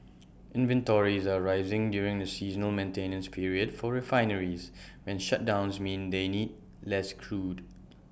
inventories are rising during the seasonal maintenance period for refineries when shutdowns mean they need less crude